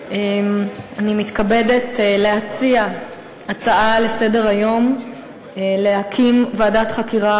אני מתכבדת להציע הצעה לסדר-היום להקים ועדת חקירה